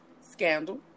scandal